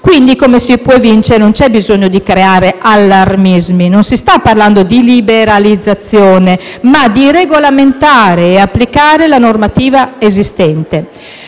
positivi. Come si può evincere, non c'è quindi bisogno di creare allarmismi; non si sta parlando di liberalizzazione, ma di regolamentare e applicare la normativa esistente.